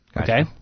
okay